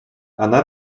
она